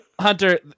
Hunter